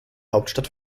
hauptstadt